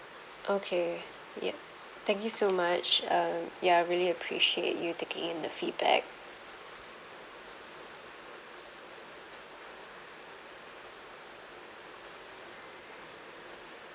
okay yup thank you so much um ya I really appreciate you taking in the feedback